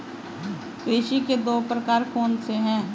कृषि के दो प्रकार कौन से हैं?